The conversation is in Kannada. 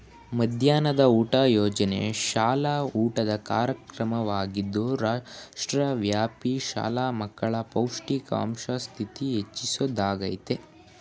ಮಧ್ಯಾಹ್ನದ ಊಟ ಯೋಜನೆ ಶಾಲಾ ಊಟದ ಕಾರ್ಯಕ್ರಮವಾಗಿದ್ದು ರಾಷ್ಟ್ರವ್ಯಾಪಿ ಶಾಲಾ ಮಕ್ಕಳ ಪೌಷ್ಟಿಕಾಂಶ ಸ್ಥಿತಿ ಹೆಚ್ಚಿಸೊದಾಗಯ್ತೆ